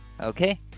Okay